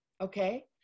okay